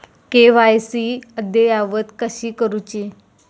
KYC अद्ययावत कशी करुची?